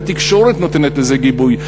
והתקשורת נותנת לזה גיבוי,